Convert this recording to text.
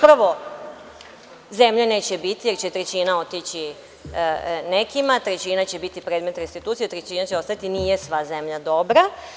Prvo, zemlje neće biti jer će trećina otići nekima, trećina će biti predmet restitucije, a trećina će ostati i nije sva zemlja dobra.